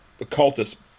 occultists